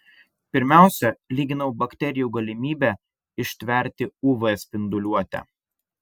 pirmiausia lyginau bakterijų galimybę ištverti uv spinduliuotę